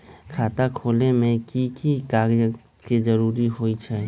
खाता खोले में कि की कागज के जरूरी होई छइ?